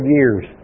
years